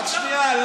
רק שנייה.